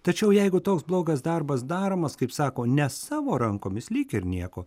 tačiau jeigu toks blogas darbas daromas kaip sako ne savo rankomis lyg ir nieko